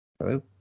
Hello